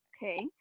Okay